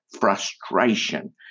frustration